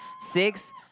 six